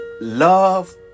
Love